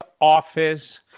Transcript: office